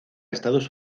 estados